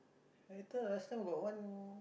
I thought last time got one